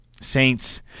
Saints